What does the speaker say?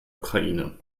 ukraine